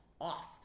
off